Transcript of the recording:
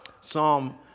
Psalm